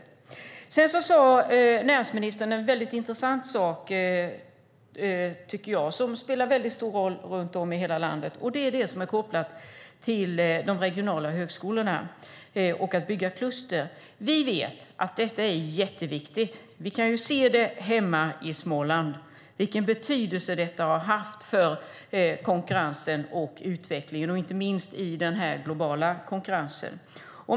Näringsministern sade något som jag tycker är väldigt intressant och som spelar stor roll runt om i landet. Det gäller det som är kopplat till de regionala högskolorna och till detta med att bygga kluster. Vi vet att det är mycket viktigt. Hemma i Småland kan vi se vilken betydelse det haft för konkurrensen och utvecklingen, inte minst i den nuvarande globala konkurrensen.